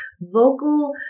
Vocal